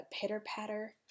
pitter-patter